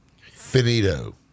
Finito